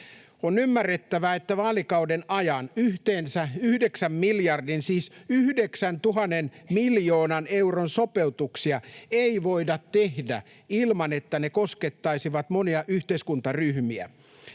On ymmärrettävä, että vaalikauden ajan yhteensä yhdeksän miljardin — siis yhdeksän tuhannen miljoonan — euron sopeutuksia ei voida tehdä ilman, että ne koskettaisivat monia yhteiskuntaryhmiä.